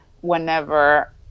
whenever